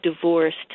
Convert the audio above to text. divorced